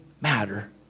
matter